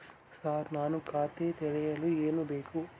Sir ನಾನು ಖಾತೆ ತೆರೆಯಲು ಏನು ಬೇಕು?